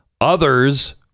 Others